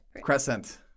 Crescent